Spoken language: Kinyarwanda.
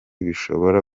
bishobora